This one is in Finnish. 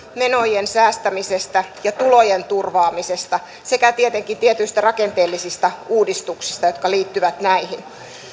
menojen säästämisestä ja tulojen turvaamisesta sekä tietenkin tietyistä rakenteellisista uudistuksista jotka liittyvät näihin